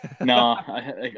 no